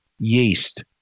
yeast